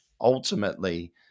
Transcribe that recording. ultimately